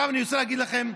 עכשיו אני רוצה להגיד לכם,